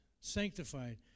sanctified